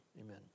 amen